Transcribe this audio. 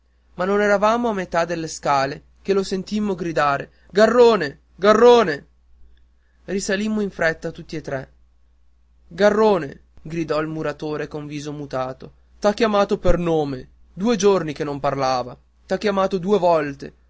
ma non eravamo a metà delle scale che lo sentimmo gridare garrone garrone risalimmo in fretta tutti e tre garrone gridò il muratore col viso mutato t'ha chiamato per nome due giorni che non parlava t'ha chiamato due volte